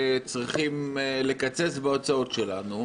צריכים לקצץ בהוצאות שלנו,